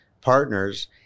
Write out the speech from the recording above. partners